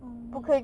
err